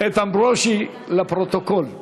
איתן ברושי, לפרוטוקול.